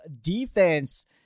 defense